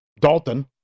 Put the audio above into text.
Dalton